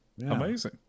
Amazing